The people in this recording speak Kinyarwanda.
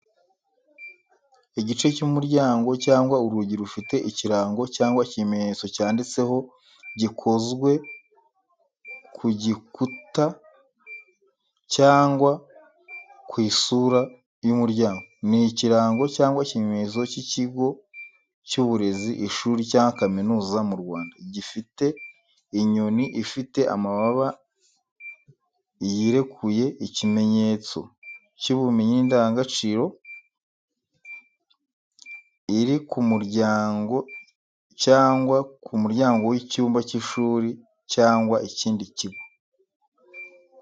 Igice cy’umuryango cyangwa urugi rufite ikirango cyangwa ikimenyetso cyanditseho gikozwe ku gikuta cyangwa ku isura y’umuryango. Ni ikirango cyangwa ikimenyetso cy’ikigo cy’uburezi ishuri cyangwa kaminuza mu Rwanda, gifite inyoni ifite amababa yirekuye, ikimenyetso cy’ubumenyi n’indangagaciro. Iri ku muryango cyangwa ku muryango w’icyumba cy’ishuri cyangwa ikindi kigo.